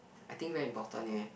I think very important eh